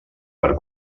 per